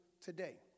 today